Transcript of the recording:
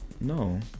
no